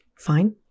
Fine